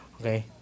Okay